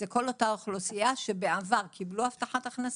זה כל אותה אוכלוסייה שבעבר קיבלו הבטחת הכנסה,